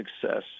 success